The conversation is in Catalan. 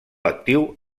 actiu